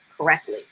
correctly